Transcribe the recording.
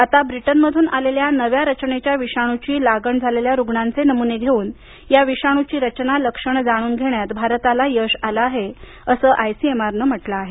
आता ब्रिटनमधून आलेल्या नव्या रचनेच्या विषाणूची लागण झालेल्या रुग्णांचे नमुने घेऊन या विषाणूची रचना लक्षणं जाणून घेण्यात भारताला यश आलं आहे असं आयसीएम आरनं म्हटलं आहे